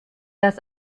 das